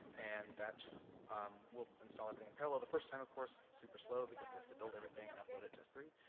and that um will install everything in parallel. the first time, of course, super slow because it has to build everything and upload it to s three.